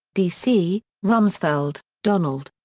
d c. rumsfeld, donald.